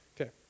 Okay